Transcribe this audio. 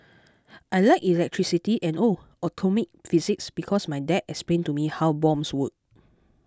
I like electricity and oh atomic physics because my dad explained to me how bombs work